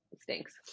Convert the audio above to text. stinks